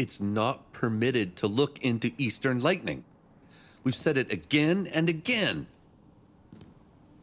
it's not permitted to look into eastern lightning we've said it again and again